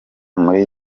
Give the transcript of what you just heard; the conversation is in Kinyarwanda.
muri